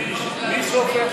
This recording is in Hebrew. מי סופר,